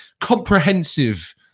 comprehensive